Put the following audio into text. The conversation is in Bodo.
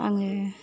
आङो